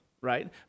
right